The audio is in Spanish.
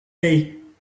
hey